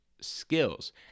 skills